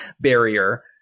barrier